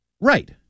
Right